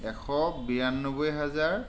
এশ বিৰান্নব্বৈ হেজাৰ